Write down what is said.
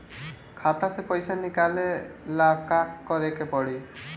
खाता से पैसा निकाले ला का करे के पड़ी?